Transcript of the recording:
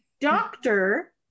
doctor